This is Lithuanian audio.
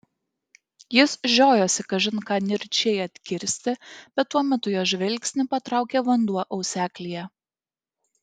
jis žiojosi kažin ką nirčiai atkirsti bet tuo metu jo žvilgsnį patraukė vanduo auseklyje